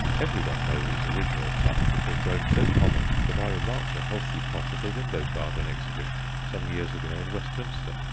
everyone knows its original type, which has grown so common that i remarked a healthy pot at a window-garden exhibition some years ago in westminster.